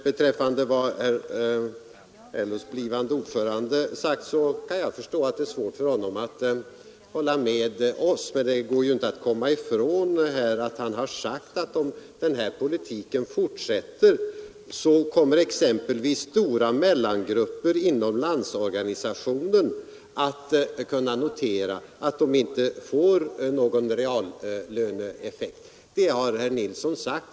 Beträffande vad LOs blivande ordförande sagt kan jag förstå att det är svårt för honom att hålla med oss, men det går ju inte att komma ifrån att han har sagt, att om den här politiken fortsätter kommer exempelvis stora mellangrupper inom Landsorganisationen att kunna konstatera att de inte får någon reallöneeffekt. Det har herr Nilsson sagt.